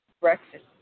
breakfast